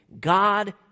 God